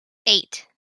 eight